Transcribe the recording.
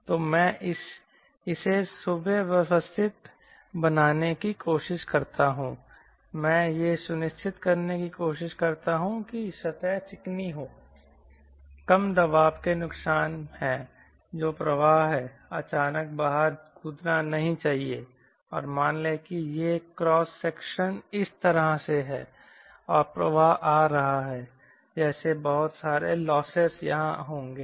तो मैं इसे सुव्यवस्थित बनाने की कोशिश करता हूं मैं यह सुनिश्चित करने की कोशिश करता हूं कि सतह चिकनी हो कम दबाव के नुकसान हैं जो प्रवाह है अचानक बाहर कूदना नहीं चाहिए और मान लें कि यह क्रॉस सेक्शन इस तरह है और प्रवाह आ रहा है जैसे बहुत सारे लॉसेस यहां होंगे